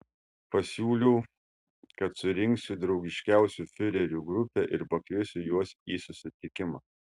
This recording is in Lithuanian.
pasiūliau kad surinksiu draugiškiausių fiurerių grupę ir pakviesiu juos į susitikimą